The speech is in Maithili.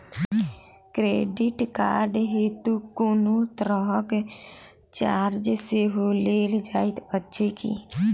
क्रेडिट कार्ड हेतु कोनो तरहक चार्ज सेहो लेल जाइत अछि की?